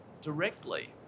directly